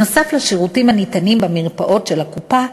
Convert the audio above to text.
נוסף על הטיפולים הניתנים במרפאות של הקופה,